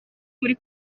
muri